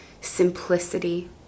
simplicity